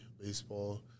baseball